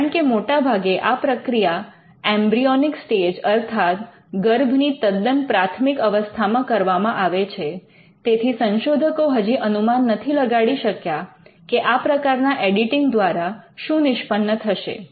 કારણકે મોટાભાગે આ પ્રક્રિયા એમ્બ્રિઑનિક સ્ટેજ અર્થાત ગર્ભની તદ્દન પ્રાથમિક અવસ્થામાં કરવામાં આવે છે તેથી સંશોધકો હજી અનુમાન નથી લગાડી શક્યા કે આ પ્રકારના એડિટિંગ દ્વારા શું નિષ્પન્ન થશે